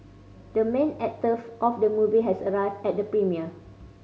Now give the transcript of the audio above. the main actor of the movie has arrived at the premiere